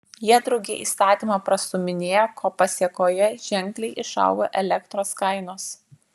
jie drauge įstatymą prastūminėjo ko pasėkoje ženkliai išaugo elektros kainos